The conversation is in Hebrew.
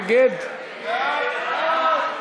רגע, לא לשגע אותי,